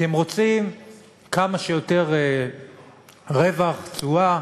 כי הם רוצים כמה שיותר רווח, תשואה,